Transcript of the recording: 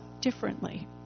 differently